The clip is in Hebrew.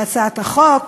בהצעת החוק,